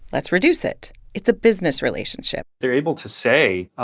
let's reduce it. it's a business relationship they're able to say, ah